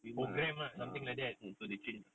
mm ya mm so they change ah